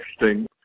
interesting